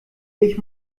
ich